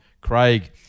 Craig